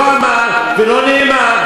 לא אמר ולא נאמר.